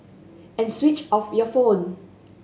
and switch off your phone